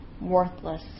worthless